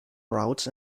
routes